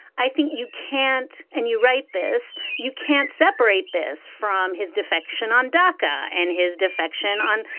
i think you can't. and you write this you can't separate this from his defection on dacca and his defection on,